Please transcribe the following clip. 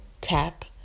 Tap